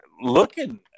looking